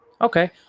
Okay